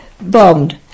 bombed